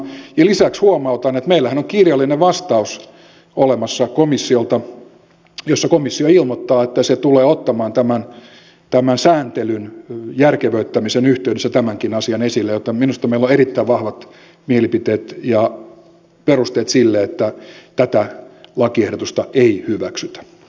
ja lisäksi huomautan että meillähän on olemassa komissiolta kirjallinen vastaus jossa komissio ilmoittaa että se tulee ottamaan tämän sääntelyn järkevöittämisen yhteydessä tämänkin asian esille joten minusta meillä on erittäin vahvat mielipiteet ja perusteet sille että tätä lakiehdotusta ei hyväksytä